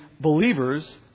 Believers